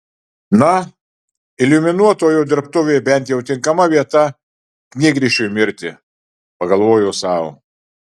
na iliuminuotojo dirbtuvė bent jau tinkama vieta knygrišiui mirti pagalvojo sau